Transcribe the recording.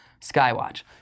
Skywatch